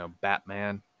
Batman